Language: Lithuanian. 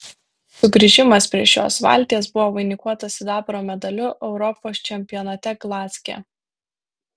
sugrįžimas prie šios valties buvo vainikuotas sidabro medaliu europos čempionate glazge